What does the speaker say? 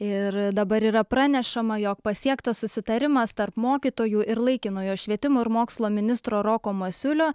ir dabar yra pranešama jog pasiektas susitarimas tarp mokytojų ir laikinojo švietimo ir mokslo ministro roko masiulio